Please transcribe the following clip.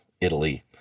Italy